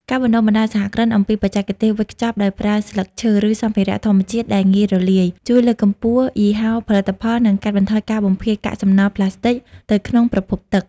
ការបណ្តុះបណ្តាលសហគ្រិនអំពីបច្ចេកទេសវេចខ្ចប់ដោយប្រើស្លឹកឈើ ឬសម្ភារៈធម្មជាតិដែលងាយរលាយ ជួយលើកកម្ពស់យីហោផលិតផល និងកាត់បន្ថយការបំភាយកាកសំណល់ផ្លាស្ទិកទៅក្នុងប្រភពទឹក។